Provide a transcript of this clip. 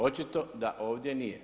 Očito da ovdje nije.